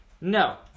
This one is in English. No